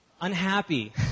unhappy